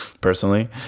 personally